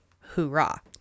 Hoorah